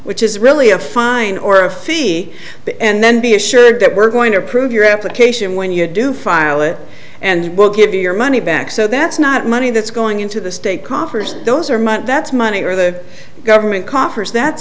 which is really a fine or a fee and then be assured that we're going to approve your application when you do file it and we'll give you your money back so that's not money that's going into the state coffers those are money that's money or the government coffers that's